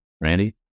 randy